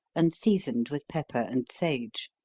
and seasoned with pepper and sage.